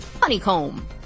honeycomb